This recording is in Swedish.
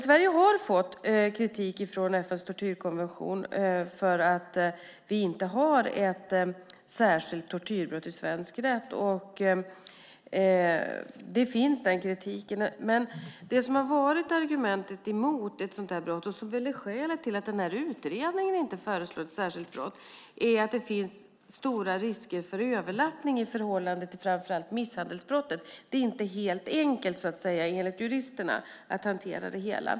Sverige har fått kritik från FN:s tortyrkommitté för att vi inte har ett särskilt tortyrbrott i svensk rätt. Den kritiken finns. Det som har varit argumentet mot att införa ett sådant brott och som väl är skälet till att den här utredningen inte föreslår ett särskilt brott är att det finns stora risker för överlappning i förhållande till framför allt misshandelsbrottet. Det är så att säga inte helt enkelt, enligt juristerna, att hantera det hela.